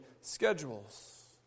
schedules